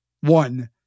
One